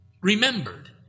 remembered